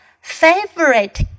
favorite